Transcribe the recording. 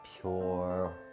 pure